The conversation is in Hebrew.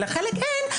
ולחלק אין,